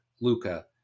Luca